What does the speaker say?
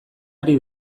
ari